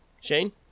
Shane